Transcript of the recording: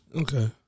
Okay